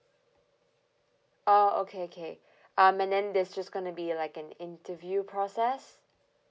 oh okay okay um and then there's just gonna be like an interview process